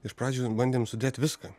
iš pradžių bandėm sudėt viską